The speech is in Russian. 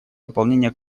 выполнение